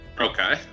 Okay